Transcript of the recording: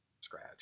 scratch